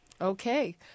Okay